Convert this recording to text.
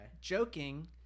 Joking